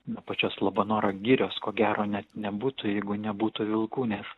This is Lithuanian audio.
na pačios labanoro girios ko gero net nebūtų jeigu nebūtų vilkų nes